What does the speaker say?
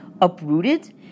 uprooted